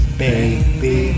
baby